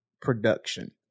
production